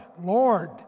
Lord